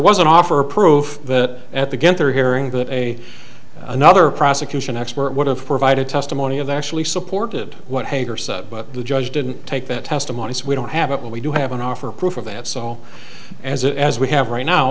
was an offer prove that at the get there hearing that a another prosecution expert would have provided testimony of actually supported what hager said but the judge didn't take that testimony so we don't have it when we do have an offer proof of that so as it as we have right now